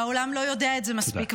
והעולם לא יודע את זה מספיק,